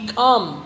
come